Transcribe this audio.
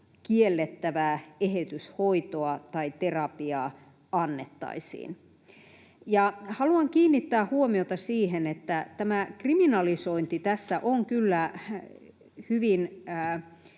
kiellettävää eheytyshoitoa tai terapiaa annettaisiin. Haluan kiinnittää huomiota siihen, että tämä kriminalisointi tässä on kyllä hyvin